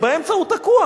באמצע הוא תקוע,